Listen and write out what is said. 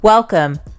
Welcome